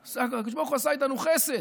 הקדוש ברוך הוא עשה איתנו חסד,